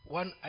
one